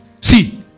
See